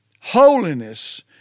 holiness